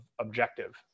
objective